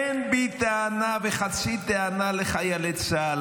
אין בי טענה וחצי טענה לחיילי צה"ל.